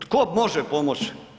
Tko može pomoći?